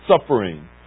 suffering